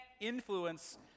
influence